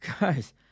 Guys